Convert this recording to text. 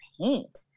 paint